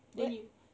then you